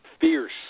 fierce